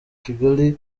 kigali